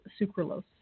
sucralose